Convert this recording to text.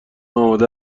آماده